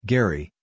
Gary